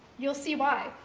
you'll see why.